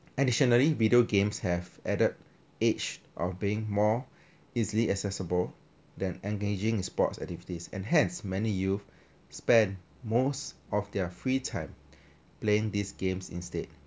additionally video games have added edge of being more easily accessible than engaging sports activities and hence many youth spend most of their free time playing these games instead